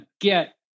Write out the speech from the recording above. get